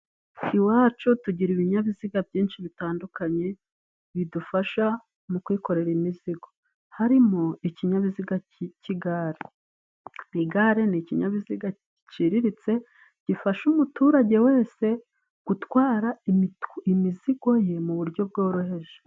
Iwacu tugira ibinyabiziga byinshi bitandukanye bidufasha mu kwikorera imizigo harimo ikinyabiziga cy' igare. Igare ni ikinyabiziga giciriritse gifasha umuturage wese gutwara imizigo ye mu buryo bworoheje.